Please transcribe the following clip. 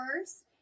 first